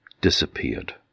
disappeared